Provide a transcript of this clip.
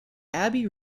abbey